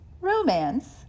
romance